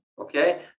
okay